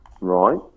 Right